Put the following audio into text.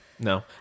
No